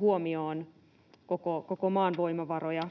huomioon koko maan voimavaroja